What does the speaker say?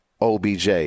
OBJ